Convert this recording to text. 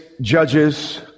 judges